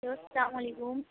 hello سلام علیکم